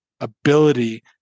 ability